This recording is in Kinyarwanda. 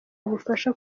ubufasha